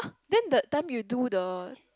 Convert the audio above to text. then that time you do the